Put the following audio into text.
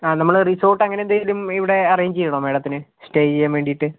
ആ നമ്മൾ റിസോർട്ട് അങ്ങനെ എന്തെങ്കിലും ഇവിടെ അറേഞ്ച് ചെയ്യണോ മാഡത്തിന് സ്റ്റേ ചെയ്യാൻ വേണ്ടിയിട്ട്